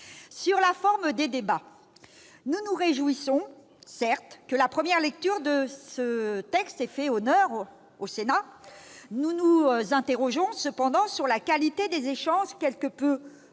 Sur la forme des débats, certes, nous nous réjouissons que la première lecture de ce texte ait fait honneur au Sénat. Nous nous interrogeons cependant sur la qualité de nos échanges, qui ont été